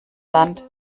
land